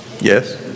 Yes